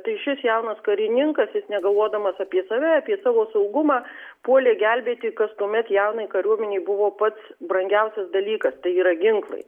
tai šis jaunas karininkas jis negalvodamas apie save apie savo saugumą puolė gelbėti kas tuomet jaunai kariuomenei buvo pats brangiausias dalykas tai yra ginklai